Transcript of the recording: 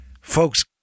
folks